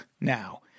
now